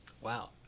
Wow